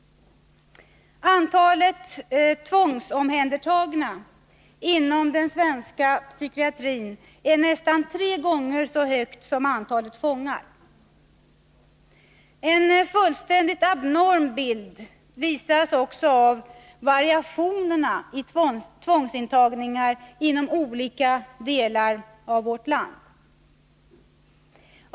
Antalet tvångsomhändertagna inom den svenska psykiatriska vården är nästan tre gånger så stort som antalet fångar. En fullständigt abnorm bild visar också variationerna i tvångsintagningar mellan olika delar av landet.